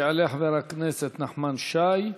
יעלה חבר הכנסת נחמן שי,